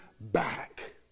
back